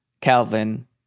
Calvin